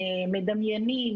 מדמיינים,